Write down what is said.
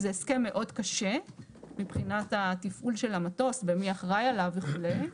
זה הסכם מאוד קשה מבחינת התפעול של המטוס ומי אחראי עליו וכו'.